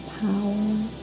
power